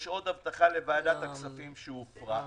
יש עוד הבטחה לוועדת הכספים שהופרה.